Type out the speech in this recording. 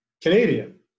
Canadian